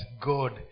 God